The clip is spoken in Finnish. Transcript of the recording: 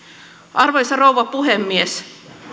arvoisa rouva puhemies